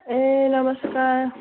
ए नमस्कार